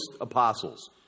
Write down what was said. apostles